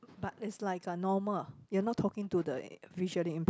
but is like a normal you are not talking to the visually impaired